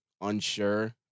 unsure